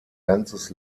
ganzes